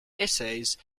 essays